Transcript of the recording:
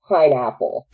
pineapple